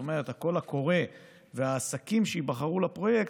זאת אומרת הקול הקורא והעסקים שייבחרו לפרויקט,